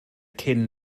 cyn